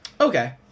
Okay